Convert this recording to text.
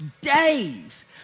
days